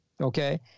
okay